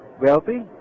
Wealthy